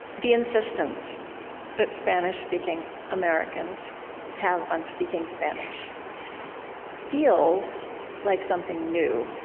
the insistence that spanish-speaking americans have on speaking spanish feels like something new,